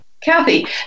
Kathy